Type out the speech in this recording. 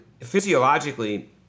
physiologically